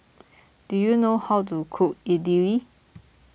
do you know how to cook Idili